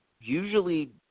usually